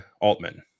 Altman